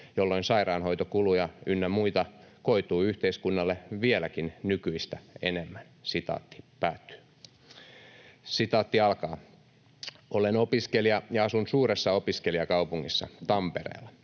jolloin sairaanhoitokuluja ynnä muita koituu yhteiskunnalle vielä nykyistäkin enemmän.” ”Olen opiskelija ja asun suuressa opiskelijakaupungissa, Tampereella.